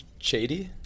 Chady